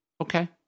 Okay